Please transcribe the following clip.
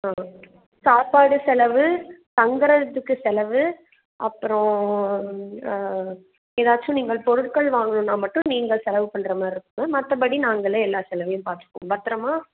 ஆ சாப்பாடு செலவு தங்குறதுக்கு செலவு அப்பறம் ஏதாச்சும் நீங்கள் பொருட்கள் வாங்கணுன்னால் மட்டும் நீங்கள் செலவு பண்ணுற மாரிருக்குங்க மற்றபடி நாங்களே எல்லாச் செலவையும் பார்த்துப்போம் பத்திரமா